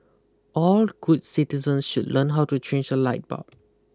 all good citizens should learn how to change a light bulb